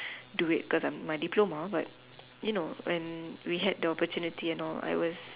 do it cause I'm my diploma but you know when we had the opportunity and all I was